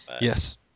Yes